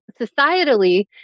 societally